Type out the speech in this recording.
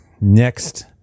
next